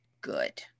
good